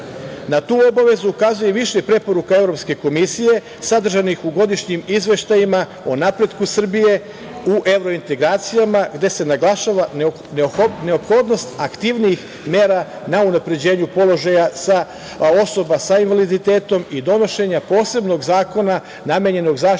Na tu obavezu ukazuje više preporuka Evropske komisije sadržanih u godišnjim izveštajima o napretku Srbije u evrointegracijama gde se naglašava neophodnost aktivnijih mera na unapređenju položaja osoba sa invaliditetom i donošenja posebnog zakona namenjenog zaštiti